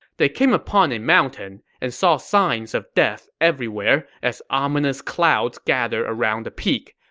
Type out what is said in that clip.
they came upon a mountain and saw signs of death everywhere as ominous clouds gathered around the peak.